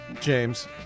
James